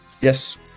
Yes